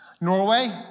Norway